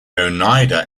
oneida